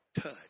touch